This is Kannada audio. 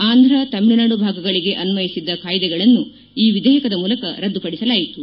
ಆಂಧ್ರ ತಮಿಳುನಾಡು ಭಾಗಗಳಿಗೆ ಅನ್ವಯಿಸಿದ್ದ ಕಾಯ್ದೆಗಳನ್ನು ಈ ವಿಧೇಯಕದ ಮೂಲಕ ರದ್ದುಪಡಿಸಲಾಯಿತು